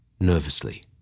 nervously